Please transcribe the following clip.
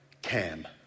Cam